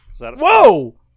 Whoa